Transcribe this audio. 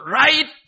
right